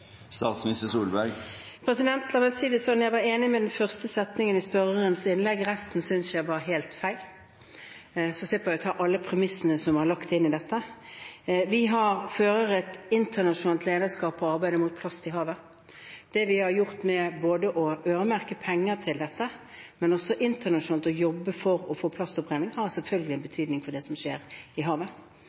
La meg si det sånn: Jeg var enig i den første setningen i spørrerens innlegg, resten synes jeg var helt feil – så slipper jeg å ta opp alle premissene som var lagt inn i dette. Vi fører et internasjonalt lederskap i arbeidet mot plast i havet. Det vi har gjort både ved å øremerke penger til dette og ved internasjonalt å jobbe for å få plastopprensning, har selvfølgelig betydning for det som skjer i havet.